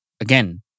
again